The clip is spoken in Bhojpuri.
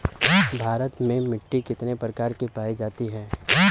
भारत में मिट्टी कितने प्रकार की पाई जाती हैं?